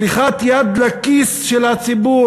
שליחת יד לכיס של הציבור.